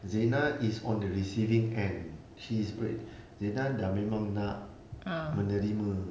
zina is on the receiving end she is bre~ zina sudah memang nak menerima